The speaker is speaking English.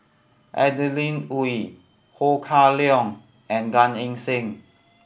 Adeline Ooi Ho Kah Leong and Gan Eng Seng